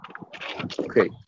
Okay